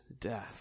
death